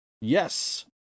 Yes